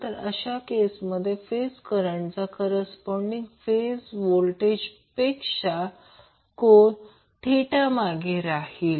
तर अशा केसमध्ये फेज करंटच्या करस्पोंडिंग फेज व्होल्टेजपेक्षा कोन थिटा मागे राहील